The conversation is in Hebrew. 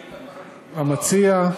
המציע,